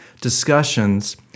discussions